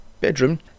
bedroom